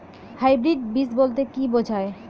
Hybrid বীজ বলতে কী বোঝায়?